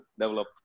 develop